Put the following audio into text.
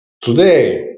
Today